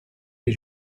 les